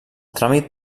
tràmit